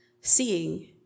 seeing